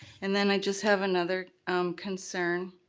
and then i just have another concern.